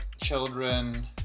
children